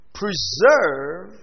preserve